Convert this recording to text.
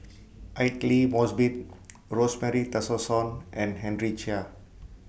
Aidli Mosbit Rosemary Tessensohn and Henry Chia